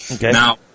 Now